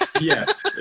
Yes